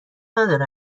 نداره